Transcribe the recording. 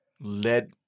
led